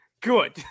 Good